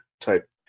type